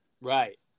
Right